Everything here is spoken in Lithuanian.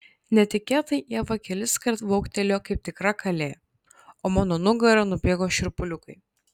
netikėtai ieva keliskart viauktelėjo kaip tikra kalė o mano nugara nubėgo šiurpuliukai